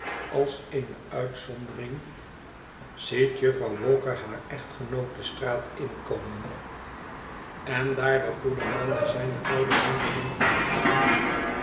als eene uitzondering ziet jufvrouw walker haar echtgenoot de straat inkornen en daar de goede man na zijne koude wandeling van de dokken